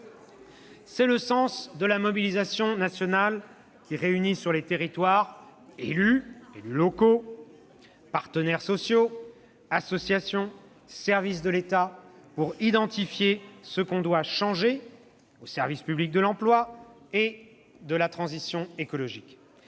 C'est le sens de la mobilisation nationale qui réunit sur les territoires élus, partenaires sociaux, associations, services de l'État, pour identifier ce qu'on doit changer au service de l'emploi et de la transition écologique.